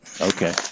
okay